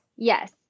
Yes